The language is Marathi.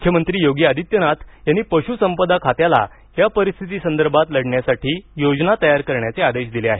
मुख्यमंत्री योगी आदित्यनाथ यांनी पशुसंपदा खात्याला या परिस्थितीसंदर्भात लढण्यासाठी योजना तयार करण्याचे आदेश दिले आहेत